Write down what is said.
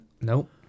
Nope